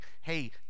hey